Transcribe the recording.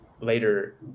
later